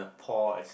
as